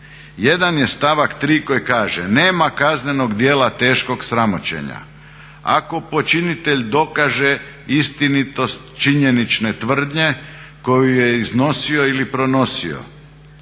Jedan je stavak 3. koji kaže: "Nema kaznenog djela teškog sramoćenja. Ako počinitelj dokaže istinitost činjenične tvrdnje koju je iznosio ili pronosio